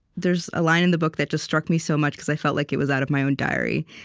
there's a line in the book that just struck me so much, because i felt like it was out of my own diary,